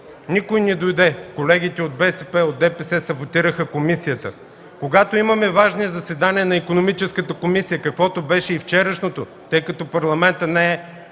никой не дойде. Колегите от БСП, от ДПС саботираха комисията. Когато имахме важни заседания на Икономическата комисия, каквото беше и вчерашното, тъй като парламентът не е